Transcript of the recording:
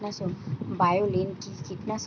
বায়োলিন কি কীটনাশক?